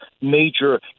major